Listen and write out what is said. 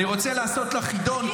אני רוצה לעשות לך חידון,